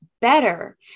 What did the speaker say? better